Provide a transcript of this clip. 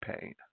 pain